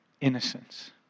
innocence